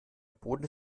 boden